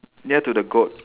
near to the goat